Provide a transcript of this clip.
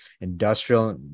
industrial